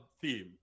theme